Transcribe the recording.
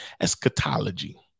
eschatology